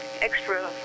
extra